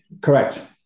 Correct